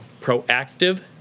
proactive